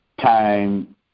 Time